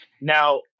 Now